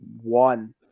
one